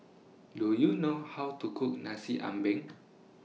Do YOU know How to Cook Nasi Ambeng